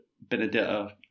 Benedetta